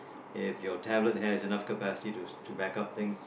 if your tablet has enough capacity to to back up things